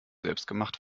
selbstgemacht